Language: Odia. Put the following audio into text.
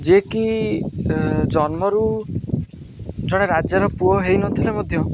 ଯିଏକି ଜନ୍ମରୁ ଜଣେ ରାଜାର ପୁଅ ହେଇନଥିଲେ ମଧ୍ୟ